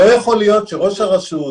לא יכול להיות שראש הרשות,